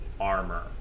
armor